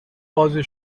بازی